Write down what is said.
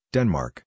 Denmark